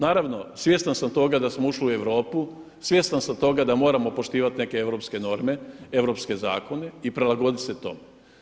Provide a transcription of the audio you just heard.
Naravno, svjestan sam toga da smo ušli u Europu, svjestan sam toga da moramo poštivati neke europske norme, europske zakone i prilagoditi se tome.